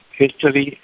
history